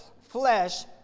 flesh